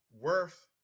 worth